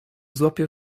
złapie